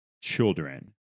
children